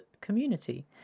community